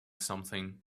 something